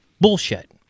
bullshit